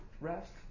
rest